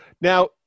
Now